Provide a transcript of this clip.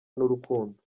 n’urukundo